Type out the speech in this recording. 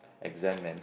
exam man